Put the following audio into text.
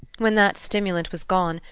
when that stimulant was gone,